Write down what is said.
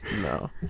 No